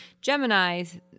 Gemini's